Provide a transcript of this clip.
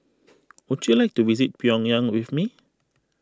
would you like to visit Pyongyang with me